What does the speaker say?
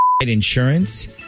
Insurance